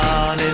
on